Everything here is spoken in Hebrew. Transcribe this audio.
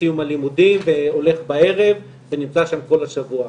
מסיום הלימודים, והולך בערב, ונמצא שם כל השבוע.